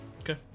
Okay